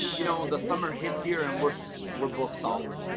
you know, the summer hits here and we're so we're booked solid.